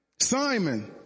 Simon